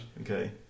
Okay